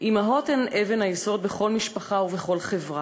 "אימהות הן אבן היסוד בכל משפחה ובכל חברה.